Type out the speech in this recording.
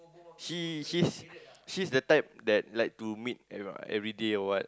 he he's the type that like to meet everyday or what